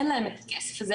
אין להם את הכסף הזה,